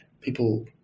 people